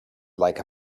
like